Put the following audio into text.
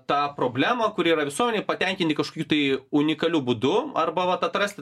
tą problemą kuri yra visuomenėj patenkinti kažkokiu tai unikaliu būdu arba vat atrasti